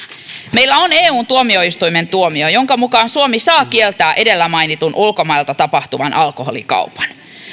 meillä on eun tuomioistuimen tuomio jonka mukaan suomi saa kieltää edellä mainitun ulkomailta tapahtuvan alkoholikaupan